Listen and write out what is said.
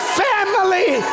family